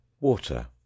water